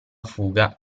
fuga